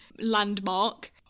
landmark